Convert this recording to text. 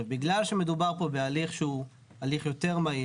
בגלל שמדובר פה בהליך שהוא הליך יותר מהיר